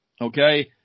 okay